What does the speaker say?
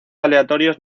aleatorios